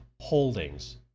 holdings